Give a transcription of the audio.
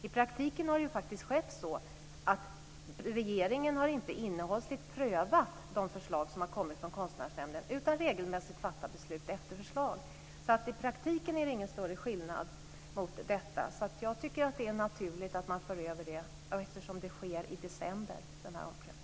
I praktiken har det faktiskt varit så att regeringen inte innehållsligt har prövat de förslag som har kommit från Konstnärsnämnden, utan regelmässigt fattat beslut efter förslag. I praktiken är det ingen större skillnad mot detta. Jag tycker att det är naturligt att man för över beslutanderätten nu, eftersom omprövningen sker i december.